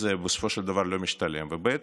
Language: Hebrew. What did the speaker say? זה בסופו של דבר לא משתלם, וב.